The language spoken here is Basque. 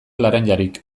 laranjarik